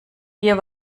hier